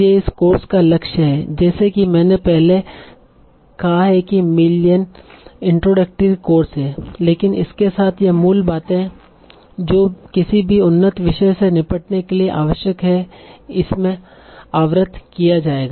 यह इस कोर्स का लक्ष्य है और जैसा कि मैंने पहले कहा कि यह मिलियन इंट्रोडक्टरी कोर्स हैलेकिन इसके साथ यह मूल बातें जो किसी भी उन्नत विषय से निपटने के लिए आवश्यक हैं इसमें आवृत किया जाएगा